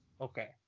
okay